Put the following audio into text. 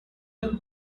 has